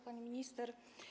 Pani Minister!